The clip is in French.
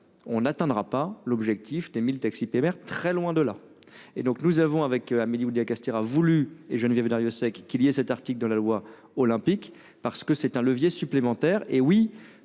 on n'atteindra pas l'objectif des 1000 taxis prr très loin de là et donc nous avons avec Amélie Oudéa-Castéra voulue et Geneviève Darrieussecq qui liait cet article de la loi olympique parce que c'est un levier supplémentaire.